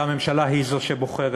והממשלה היא זו שבוחרת.